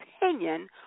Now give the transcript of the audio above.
opinion